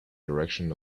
direction